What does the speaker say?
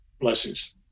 Blessings